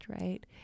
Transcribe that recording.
right